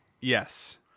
Yes